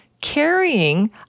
carrying